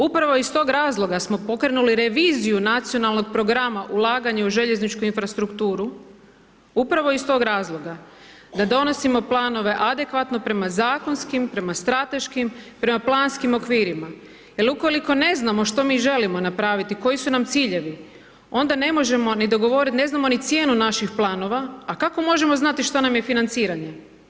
Upravo iz tog razloga smo pokrenuli reviziju Nacionalnog programa ulaganja u željezničku infrastrukturu, upravo iz tog razloga, da donosimo planove adekvatno prema zakonskim, prema strateškim, prema planskim okvirima, jer ukoliko ne znamo što mi želimo napraviti koji su nam ciljevi, onda ne možemo ni dogovorit, ne znamo ni cijenu naših planova, a kako možemo znati šta nam je financiranje.